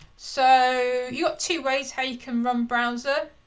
so you got two ways how you can run browser.